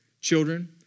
Children